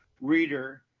reader